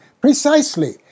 precisely